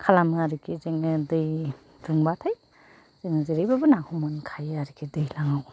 खालामो आरिखि जोङो दै दुंबाथाय जों जेरैबाबो नाखौ मोनखायो आरिखि दैलांआव